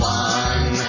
one